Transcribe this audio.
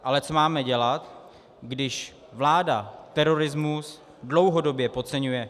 Ale co máme dělat, když vláda terorismus dlouhodobě podceňuje?